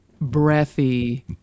breathy